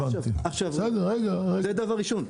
זה דבר ראשון.